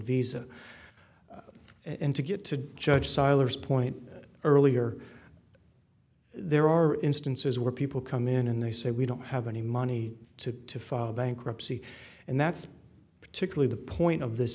visa and to get to judge seiler point earlier there are instances where people come in and they say we don't have any money to file bankruptcy and that's particularly the point of this